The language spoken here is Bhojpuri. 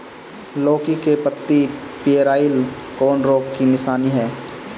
लौकी के पत्ति पियराईल कौन रोग के निशानि ह?